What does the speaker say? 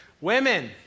Women